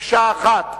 מקשה אחת.